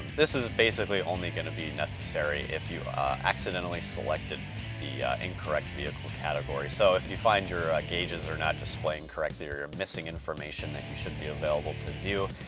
this is basically only gonna be necessary if you accidentally selected the incorrect vehicle category. so if you find your gauges are not displaying correctly or you're missing information that you should be available to view,